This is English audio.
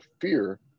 fear